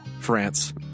France